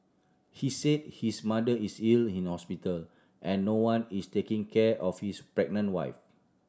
he said his mother is ill in hospital and no one is taking care of his pregnant wife